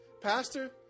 Pastor